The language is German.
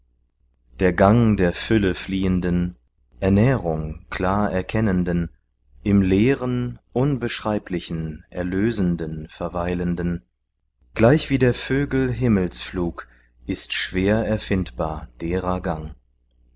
der gang der fülle fliehenden ernährung klar erkennenden im leeren unbeschreiblichen erlösenden verweilenden gleichwie der vögel himmelsflug ist schwer erfindbar derer gang